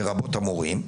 לרבות המורים,